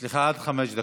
יש לך עד חמש דקות.